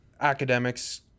Academics